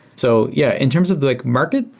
so yeah, in terms of like market,